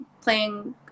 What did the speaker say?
playing